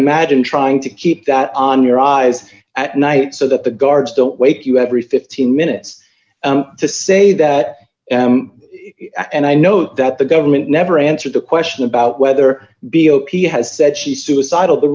imagine trying to keep that on your eyes at night so that the guards don't wake you every fifteen minutes to say that and i know that the government never answered the question about whether b o p has said she suicidal the